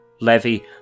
Levy